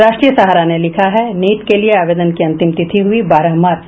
राष्ट्रीय सहारा ने लिखा है नीट के लिए आवेदन की अंतिम तिथि हुई बारह मार्च